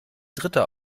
dritte